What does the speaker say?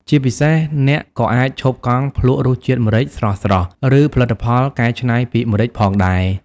ជាពិសេស អ្នកក៏អាចឈប់កង់ភ្លក់រសជាតិម្រេចស្រស់ៗ ឬផលិតផលកែច្នៃពីម្រេចផងដែរ។